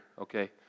okay